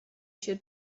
się